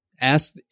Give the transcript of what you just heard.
ask